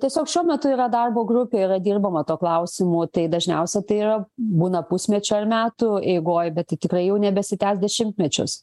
tiesiog šiuo metu yra darbo grupė yra dirbama tuo klausimu tai dažniausia tai yra būna pusmečio ar metų eigoj bet tai tikrai jau nebesitęs dešimtmečius